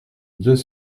deux